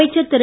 அமைச்சர் திரு